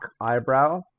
eyebrow